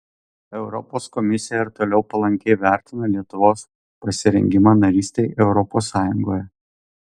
europos komisija ir toliau palankiai vertina lietuvos pasirengimą narystei europos sąjungoje